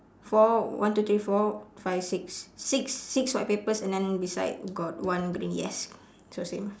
four one two three four five six six six white papers and then beside got one green yes so same